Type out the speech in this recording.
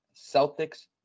Celtics